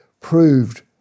proved